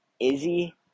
Izzy